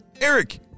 Eric